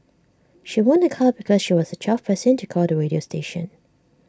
she won A car because she was the twelfth person to call the radio station